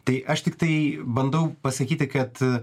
tai aš tiktai bandau pasakyti kad